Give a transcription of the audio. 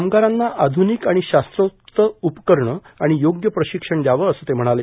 कामगारांना आधुनिक आणि शास्त्रोक्त उपकरणं आणि योग्य प्रशिबण यावं असं ते म्हणाले